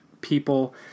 people